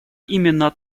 именно